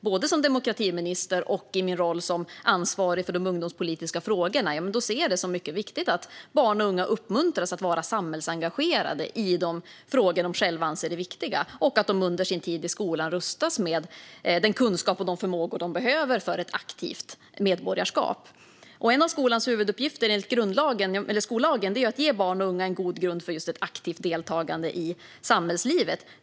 Både som demokratiminister och i min roll som ansvarig för de ungdomspolitiska frågorna ser jag det som mycket viktigt att barn och unga uppmuntras att vara samhällsengagerade när det gäller de frågor de själva anser är viktiga och att de under sin tid i skolan rustas med den kunskap och de förmågor de behöver för ett aktivt medborgarskap. En av skolans huvuduppgifter är enligt skollagen att ge barn och unga en god grund för just ett aktivt deltagande i samhällslivet.